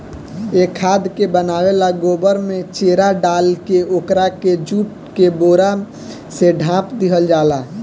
ए खाद के बनावे ला गोबर में चेरा डालके ओकरा के जुट के बोरा से ढाप दिहल जाला